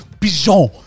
pigeon